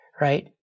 right